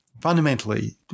Fundamentally